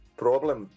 problem